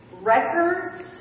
records